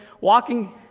walking